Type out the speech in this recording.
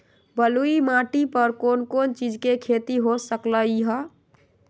बलुई माटी पर कोन कोन चीज के खेती हो सकलई ह?